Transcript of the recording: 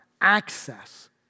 access